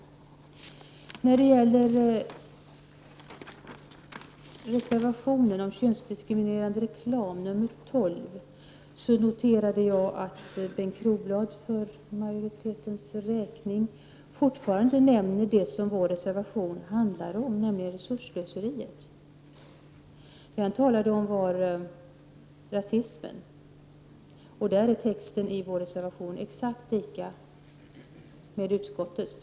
När det gäller reservationen om könsdiskriminerande reklam, alltså reservation nr 12, noterade jag att Bengt Kronblad för majoritetens räkning fortfarande inte nämner det som vår reservation handlar om, nämligen resursslöseriet. Han talade om rasismen. Texten i vår reservation är exakt densamma som utskottets.